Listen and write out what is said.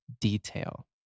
detail